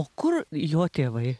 o kur jo tėvai